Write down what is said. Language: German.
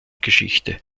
geschichte